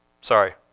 Sorry